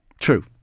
True